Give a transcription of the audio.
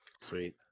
sweet